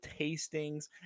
tastings